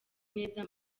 neza